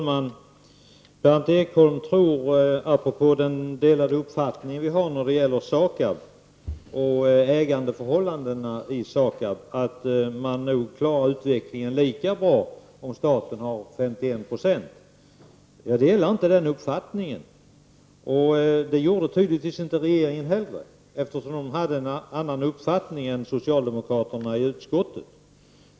Herr talman! Vi har skilda uppfattningar när det gäller SAKAB och ägandeförhållandena i SAKAB. Berndt Ekholm tror att man nog klarar utvecklingen lika bra om staten äger 51 96. Jag delar inte den uppfattningen. Det gjorde tydligen inte regeringen heller, eftersom den hade en annan uppfattning än socialdemokraterna i utskottet.